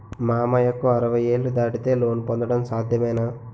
మామయ్యకు అరవై ఏళ్లు దాటితే లోన్ పొందడం సాధ్యమేనా?